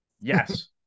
Yes